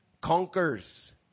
Conquers